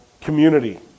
community